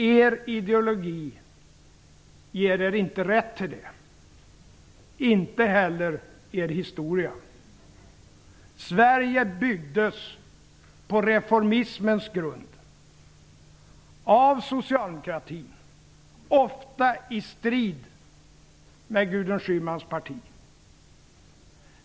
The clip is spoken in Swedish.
Er ideologi ger er inte rätt till det, inte heller er historia. Sverige byggdes på reformismens grund av socialdemokratin, ofta i strid med Gudrun Schymans parti.